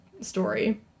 story